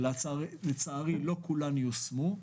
לצערי לא כולן יושמו,